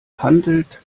handelt